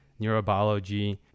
neurobiology